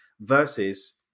Versus